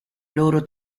loro